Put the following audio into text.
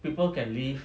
people can leave